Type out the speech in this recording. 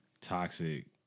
toxic